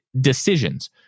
decisions